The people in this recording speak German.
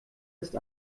ist